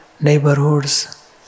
neighborhoods